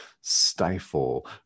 stifle